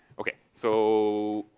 okay. so